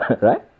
right